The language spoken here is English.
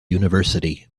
university